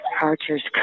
Archer's